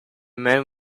man